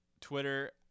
Twitter